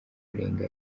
kurenga